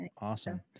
Awesome